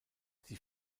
sie